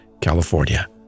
California